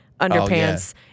underpants